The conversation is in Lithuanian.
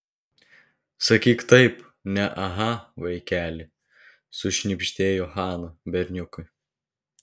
sakyk taip ne aha vaikeli sušnibždėjo hana berniukui